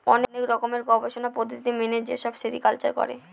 অনেক রকমের গবেষণার পদ্ধতি মেনে যেসব সেরিকালচার করে